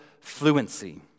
fluency